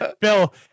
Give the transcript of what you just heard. Bill